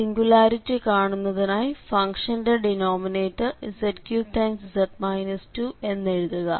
singularity കാണുന്നതിനായി ഫംഗ്ഷന്റെ denominator z3 എന്നെഴുതുക